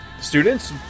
students